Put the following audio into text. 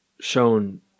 shown